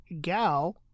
Gal